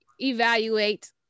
evaluate